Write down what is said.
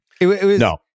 No